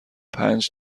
پنج